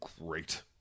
great